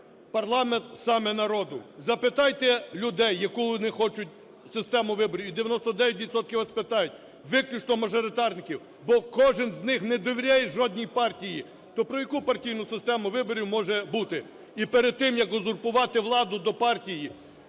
парламент саме народу. Запитайте людей, яку вони хочуть систему виборів, і 99 відсотків вас питають: виключно мажоритарників. Бо кожен з них не довіряє жодній партії. То про яку партійну систему виборів може бути? І перед тим, як узурпувати владу до партій,